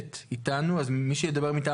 אנחנו גובלים במדינות אחרות ועבודת שמירת